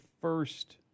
first